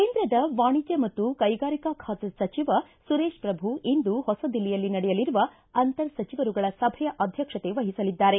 ಕೇಂದ್ರದ ವಾಣಿಜ್ಯ ಮತ್ತು ಕೈಗಾರಿಕಾ ಖಾತೆ ಸಚಿವ ಸುರೇಶ ಪ್ರಭು ಇಂದು ಹೊಸದಿಲ್ಲಿಯಲ್ಲಿ ನಡೆಯಲಿರುವ ಅಂತರ್ ಸಚಿವರುಗಳ ಸಭೆಯ ಅಧ್ಯಕ್ಷತೆ ವಹಿಸಲಿದ್ದಾರೆ